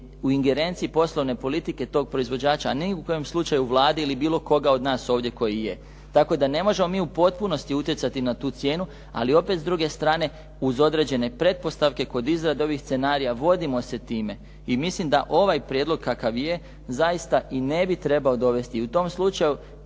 u ingerenciji poslovne politike tog proizvođača, a ni u kojem slučaju Vlade ili bilo koga od nas ovdje koji je. Tako da ne možemo mi u potpunosti utjecati na tu cijenu, ali opet s druge strane uz određene pretpostavke kod izrade ovih scenarija vodimo se time i mislim da ovaj prijedlog kakav je zaista i ne bi trebao dovesti. I u tom slučaju